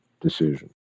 decision